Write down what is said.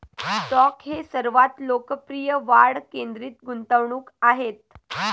stock हे सर्वात लोकप्रिय वाढ केंद्रित गुंतवणूक आहेत